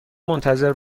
منتظر